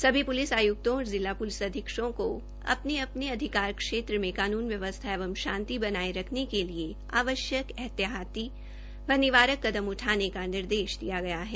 सभी पूलिस आयुक्तों और जिला पूलिस अधीक्षकों को अपने अपने अधिकार क्षेत्र में कानून व्यवस्था एवं शांति बनाए रखने के लिए आवश्यक एहतियाती व निवारक कदम उठाने का निर्देश दिया गया है